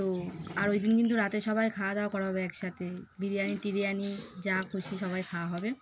তো আর ওই দিন কিন্তু রাতে সবাই খাওয়া দাওয়া করা হবে একসাথে বিরিয়ানি টিরিয়ানি যা খুশি সবাই খাওয়া হবে